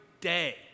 day